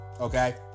Okay